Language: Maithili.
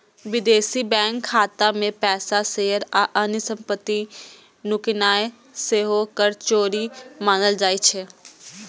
विदेशी बैंक खाता मे पैसा, शेयर आ अन्य संपत्ति नुकेनाय सेहो कर चोरी मानल जाइ छै